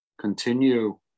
continue